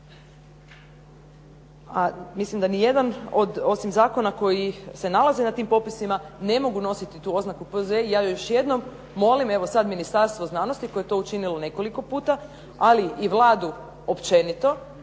A mislim da ni jedan osim zakona koji se nalaze na tim popisima ne mogu nositi tu oznaku P.Z.E. i ja još jednom molim evo sad Ministarstvo znanosti koje je to učinilo nekoliko puta, ali i Vladu općenito